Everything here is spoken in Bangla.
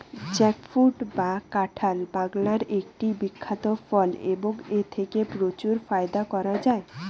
জ্যাকফ্রুট বা কাঁঠাল বাংলার একটি বিখ্যাত ফল এবং এথেকে প্রচুর ফায়দা করা য়ায়